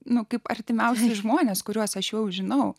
na kaip artimiausi žmonės kuriuos aš jau žinau